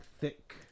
thick